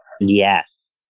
Yes